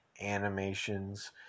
animations